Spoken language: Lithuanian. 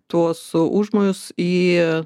tuos užmojus į